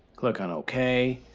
click on ok.